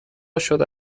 شده